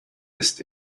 ist